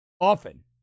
Often